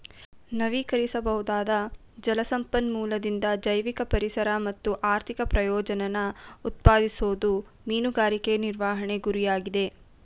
ನವೀಕರಿಸಬೊದಾದ ಜಲ ಸಂಪನ್ಮೂಲದಿಂದ ಜೈವಿಕ ಪರಿಸರ ಮತ್ತು ಆರ್ಥಿಕ ಪ್ರಯೋಜನನ ಉತ್ಪಾದಿಸೋದು ಮೀನುಗಾರಿಕೆ ನಿರ್ವಹಣೆ ಗುರಿಯಾಗಿದೆ